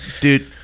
Dude